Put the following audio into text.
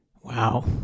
Wow